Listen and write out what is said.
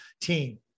team